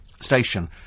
Station